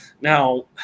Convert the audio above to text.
Now